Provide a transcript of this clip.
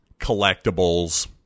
collectibles